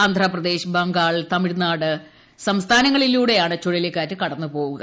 ആന്ധ്രാപ്രദേശ് ബംഗാൾ തമിഴ്നാട് സംസ്ഥാനങ്ങളിലൂടെയാണ് ചുഴലിക്കാറ്റ് കടന്നുപോവുക